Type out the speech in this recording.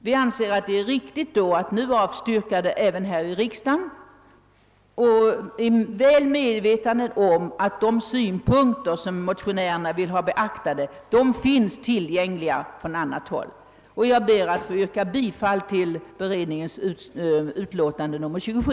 Vi anser att det då är riktigt att avvisa förslaget även här i riksdagen, väl medvetna om att de synpunkter som motionärerna vill ha beaktade finns framförda från annat håll. Jag ber att få yrka bifall till allmänna beredningsutskottets hemställan i dess utlåtande nr 27.